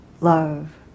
love